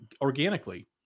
organically